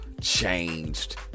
changed